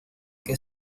que